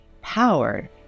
powered